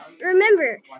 Remember